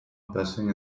passing